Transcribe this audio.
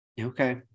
Okay